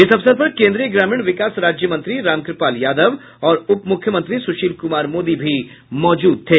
इस अवसर पर केन्द्रीय ग्रामीण विकास राज्यमंत्री रामकृपाल यादव और उप मुख्यमंत्री सुशील कुमार मोदी भी मौजूद थे